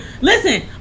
Listen